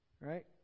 Right